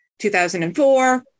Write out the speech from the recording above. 2004